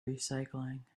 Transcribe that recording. recycling